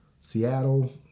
Seattle